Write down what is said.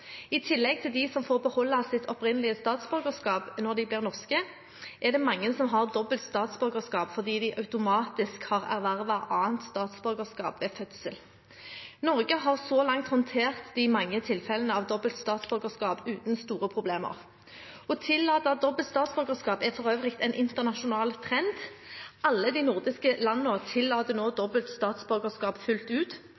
I tillegg til de som får beholde sitt opprinnelige statsborgerskap når de blir norske, er det mange som har dobbelt statsborgerskap fordi de automatisk har ervervet annet statsborgerskap ved fødsel. Norge har så langt håndtert de mange tilfellene av dobbelt statsborgerskap uten store problemer. Å tillate dobbelt statsborgerskap er for øvrig en internasjonal trend. Alle de nordiske landene tillater nå